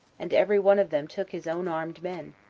and every one of them took his own armed men,